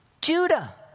Judah